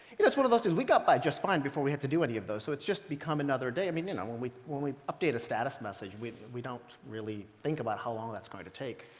it's one of those things, we got by just fine before we had to do any of those. so it's just become another day. i mean, and when we when we update a status message, we we don't really think about how long that's going to take.